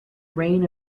reign